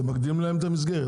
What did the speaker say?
אתם מגדילים להם את המסגרת.